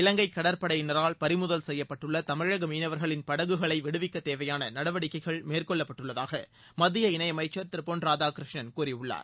இலங்கை கடற்படையினரால் பறிமுதல் செய்யப்பட்டுள்ள தமிழக மீனவர்களின் படகுகளை விடுவிக்க தேவையான நடவடிக்கைகள் மேற்கொள்ளப்பட்டுள்ளதாக மத்திய இணையமைச்சர் திரு பொள் ராதாகிருஷ்ணன் கூறியுள்ளார்